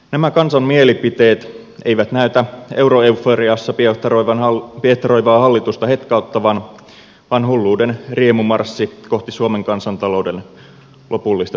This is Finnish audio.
nämä kansan mielipiteet eivät näytä euroeuforiassa piehtaroivaa hallitusta hetkauttavan vaan hulluuden riemumarssi kohti suomen kansantalouden lopullista tuhoa jatkuu